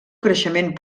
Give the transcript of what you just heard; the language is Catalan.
creixement